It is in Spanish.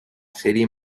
serie